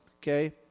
Okay